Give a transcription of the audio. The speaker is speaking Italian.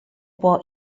può